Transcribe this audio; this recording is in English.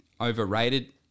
overrated